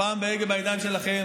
פעם ההגה בידיים שלכם,